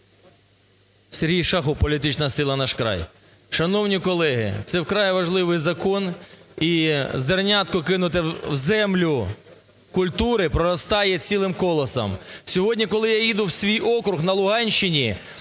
Сергій Шахов, політична сила "Наш край". Шановні колеги! Це вкрай важливий закон. І зернятко, кинуте в землю культури, проростає цілим колосом. Сьогодні, коли я їду в свій округ на Луганщині,